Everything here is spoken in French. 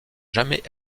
jamais